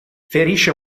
ferisce